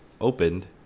opened